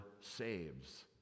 saves